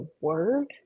word